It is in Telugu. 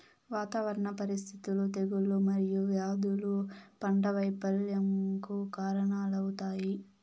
వాతావరణ పరిస్థితులు, తెగుళ్ళు మరియు వ్యాధులు పంట వైపల్యంకు కారణాలవుతాయి